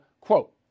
quote